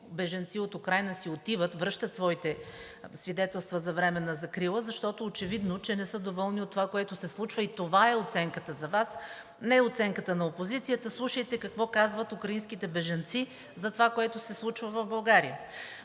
бежанци от Украйна си отиват – връщат своите свидетелства за временна закрила, защото е очевидно, че не са доволни от това, което се случва. И това е оценката за Вас, а не оценката на опозицията. Слушайте какво казват украинските бежанци за това, което се случва в България.